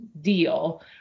deal